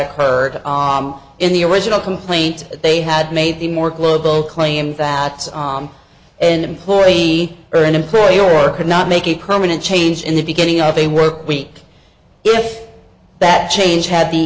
occurred in the original complaint they had made the more global claim facts on an employee or an employee or could not make a permanent change in the beginning of a work week if that change had the